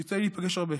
יוצא לי להיפגש הרבה: